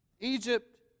Egypt